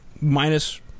minus